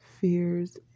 fears